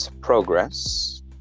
progress